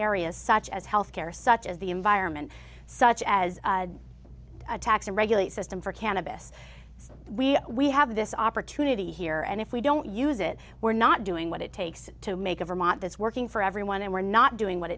areas such as health care such as the environment such as a tax and regulate system for cannabis we we have this opportunity here and if we don't use it we're not doing what it takes to make a vermont that's working for everyone and we're not doing what